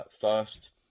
first